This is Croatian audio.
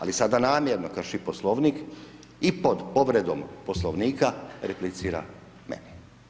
Ali sada namjerno krši Poslovnik i pod povredom Poslovnika, replicira meni.